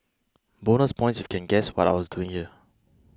bonus points if you can guess what I was doing there